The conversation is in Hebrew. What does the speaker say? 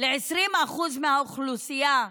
ל-20% מהאוכלוסייה,